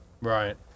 Right